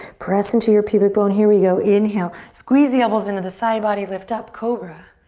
press into your pubic bone, here we go. inhale, squeeze the elbows into the side body, lift up, cobra.